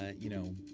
ah you know,